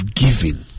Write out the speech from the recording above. giving